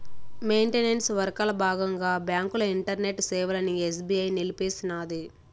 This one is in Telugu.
మెయింటనెన్స్ వర్కల బాగంగా బాంకుల ఇంటర్నెట్ సేవలని ఎస్బీఐ నిలిపేసినాది